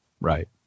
Right